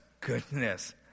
goodness